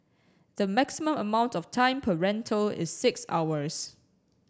the maximum amount of time per rental is six hours